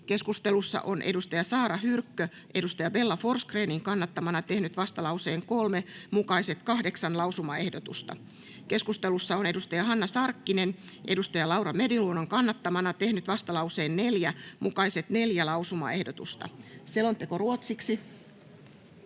Keskustelussa Saara Hyrkkö on Bella Forsgrénin kannattamana tehnyt vastalauseen 3 mukaiset kahdeksan lausumaehdotusta. Keskustelussa Hanna Sarkkinen on Laura Meriluodon kannattamana tehnyt vastalauseen 4 mukaiset neljä lausumaehdotusta. Päiväjärjestyksen